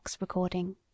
recording